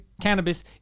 cannabis